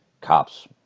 cops